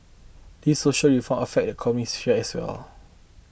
these social reform affect economic sphere as well